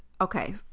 okay